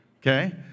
okay